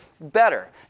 better